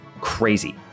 Crazy